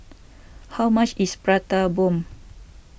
how much is Prata Bomb